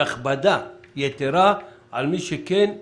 והכבדה יתרה על מי שכן זקוק.